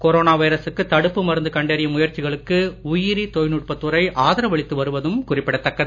corona வைரசுக்கு தடுப்பு மருந்து கண்டறியும் முயற்சிகளுக்கு உயிரி தொழில்நுட்பத் துறை ஆதரவளித்து வருவதும் குறிப்பிடத் தக்கது